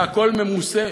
והכול ממוסה,